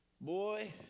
Boy